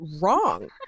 wrong